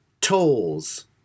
tolls